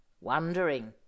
wondering